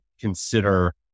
consider